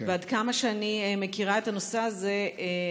עד כמה שאני מכירה את הנושא הזה,